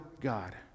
God